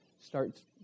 starts